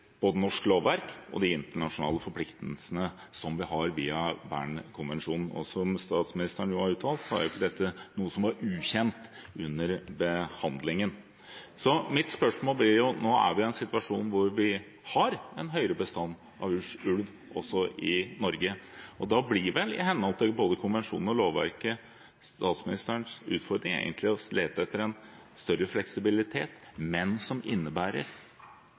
både norsk lovverk og de internasjonale forpliktelsene som vi har via Bern-konvensjonen. Og som statsministeren nå har uttalt, er ikke dette noe som var ukjent under behandlingen. Nå er vi i en situasjon hvor vi har en høyere bestand av ulv også i Norge. Da blir vel – i henhold til både konvensjonen og lovverket – spørsmålet hvorvidt statsministerens utfordring egentlig blir å lete etter en større fleksibilitet, men som innebærer